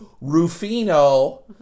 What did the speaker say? Rufino